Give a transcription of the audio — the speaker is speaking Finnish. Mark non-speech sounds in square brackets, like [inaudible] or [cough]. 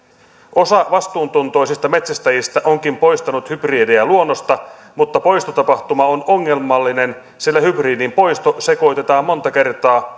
osa vastuuntuntoisista metsästäjistä onkin poistanut hybridejä luonnosta mutta poistotapahtuma on ongelmallinen sillä hybridin poisto sekoitetaan monta kertaa [unintelligible]